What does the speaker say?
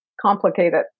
Complicated